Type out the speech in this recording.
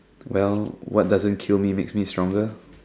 well what doesn't kill me makes me stronger